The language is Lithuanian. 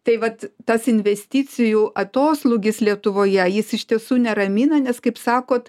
tai vat tas investicijų atoslūgis lietuvoje jis iš tiesų neramina nes kaip sakot